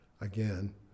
again